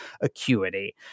acuity